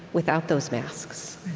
without those masks.